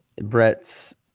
Brett's